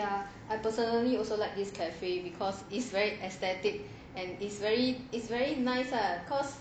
ya I personally also like this cafe because it's very aesthetic and it is very it is very nice lah cause